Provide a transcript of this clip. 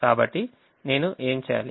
కాబట్టి నేను ఏమి చేయాలి